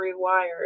rewired